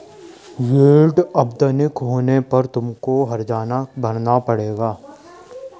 yield अवैधानिक होने पर तुमको हरजाना भरना पड़ेगा